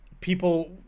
people